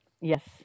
Yes